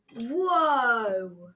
Whoa